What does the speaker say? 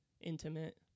intimate